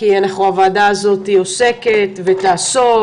כי הוועדה הזאת עוסקת ותעסוק,